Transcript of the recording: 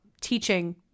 teaching